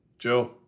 Joe